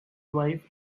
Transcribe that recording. wife